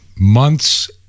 Months